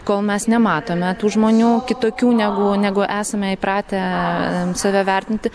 kol mes nematome tų žmonių kitokių negu negu esame įpratę save vertinti